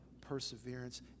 perseverance